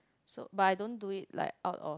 so but I don't do it like out of